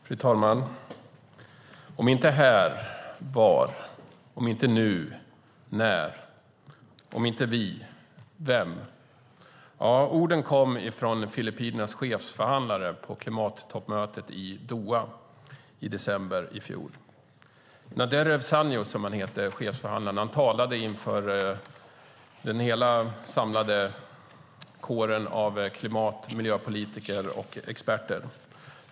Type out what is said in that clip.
Fru talman! Om inte här, var? Om inte nu, när? Om inte vi, vem? Orden är den filippinske chefsförhandlarens vid klimattoppmötet i Doha i december i fjol. Naderev Saño, som han heter, talade inför den samlade kåren av klimat och miljöpolitiker samt experter.